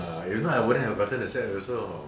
ah if not I wouldn't have gotten the set also